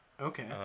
Okay